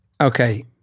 Okay